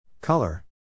Color